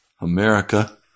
America